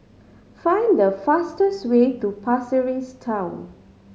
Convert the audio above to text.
find the fastest way to Pasir Ris Town